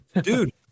dude